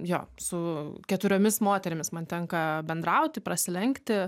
jo su keturiomis moterimis man tenka bendrauti prasilenkti